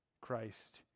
Christ